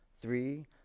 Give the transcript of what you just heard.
three